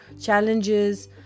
challenges